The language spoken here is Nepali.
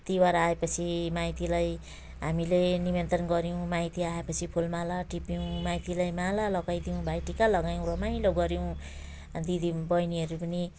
तिहार आएपछि माइतीलाई हामीले निमन्त्रण गऱ्यौँ माइती आएपछि फुलमाला टिप्यौँ माइतीलाई माला लगाइदिउँ भाइटिका लगायौँ रमाइलो गऱ्यौँ दिदीबहिनीहरू पनि